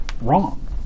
wrong